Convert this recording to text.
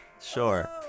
Sure